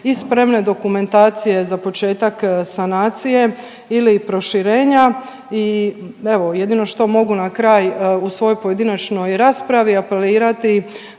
i spremne dokumentacije za početak sanacije ili proširenja i evo jedino što mogu na kraju u svojoj pojedinačnoj raspravi apelirati